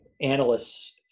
analysts